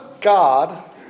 God